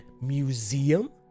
museum